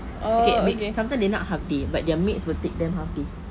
okay may~ sometime they not happy but their mates will take them healthy